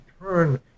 turn